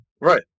Right